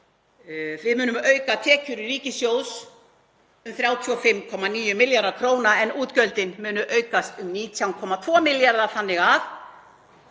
við munum auka tekjur ríkissjóðs um 35,9 milljarða kr. en útgjöldin munu aukast um 19,2 milljarða þannig að